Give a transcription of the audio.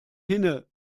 hinne